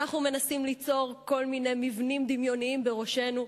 ואנחנו מנסים ליצור כל מיני מבנים דמיוניים בראשנו,